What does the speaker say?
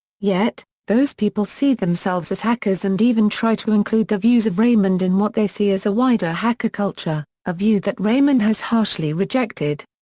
yet, those people see themselves as hackers and even try to include the views of raymond in what they see as a wider hacker culture, a view that raymond has harshly rejected.